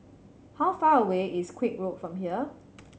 how far away is Koek Road from here